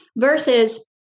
Versus